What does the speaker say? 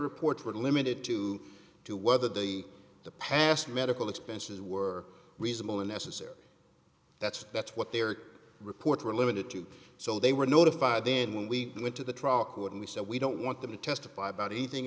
reports were limited to two whether they the past medical expenses were reasonable and necessary that's that's what their reports were limited to so they were notified then we went to the trial court and we said we don't want them to testify about anything